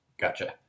Gotcha